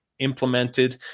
implemented